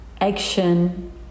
action